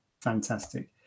Fantastic